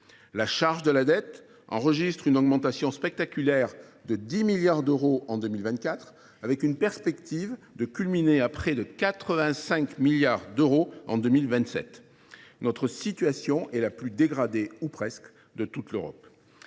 La charge de la dette enregistre une augmentation spectaculaire de 10 milliards d’euros en 2024, avec la perspective d’un point culminant à près de 85 milliards d’euros en 2027. Notre situation est la plus dégradée, ou presque, de toute l’Europe.